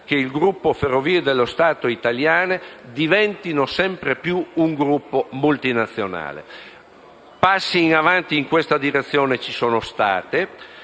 che il gruppo Ferrovie dello Stato italiane diventi sempre più un gruppo multinazionale. Passi in avanti in questa direzione ci sono stati,